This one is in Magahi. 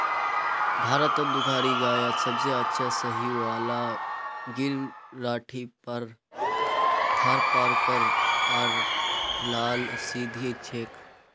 भारतत दुधारू गायत सबसे अच्छा साहीवाल गिर राठी थारपारकर आर लाल सिंधी छिके